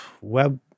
web